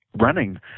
Running